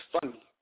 funny